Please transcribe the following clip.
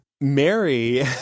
Mary